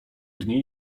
dni